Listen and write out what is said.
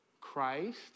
Christ